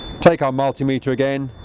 take our multimeter again,